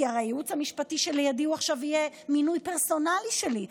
כי הרי הייעוץ המשפטי שלידי הוא עכשיו יהיה מינוי פרסונלי שלי,